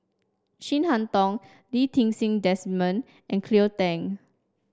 Chin Harn Tong Lee Ti Seng Desmond and Cleo Thang